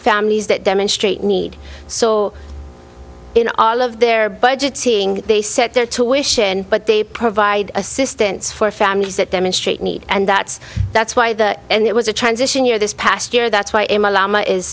families that demonstrate need so in a i love their budget seeing they set their tuition but they provide assistance for families that demonstrate need and that's that's why that and it was a transition year this past year that's why i'm a ll